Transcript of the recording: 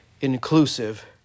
inclusive